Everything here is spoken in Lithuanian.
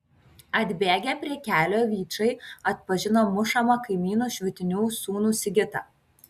atbėgę prie kelio vyčai atpažino mušamą kaimynu švitinių sūnų sigitą